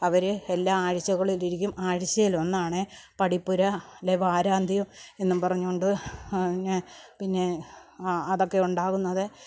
അവർ എല്ലാ ആഴ്ച്ചകളിൽ ഇരിക്കും ആഴ്ച്ചയിൽ ഒന്നാണ് പഠിപ്പുരയിലെ വാരാന്ത്യം എന്നും പറഞ്ഞുകൊണ്ട് ഞ പിന്നെ ആ അതൊക്കെ ഉണ്ടാവുന്നത്